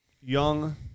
young